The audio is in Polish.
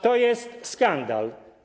To jest skandal.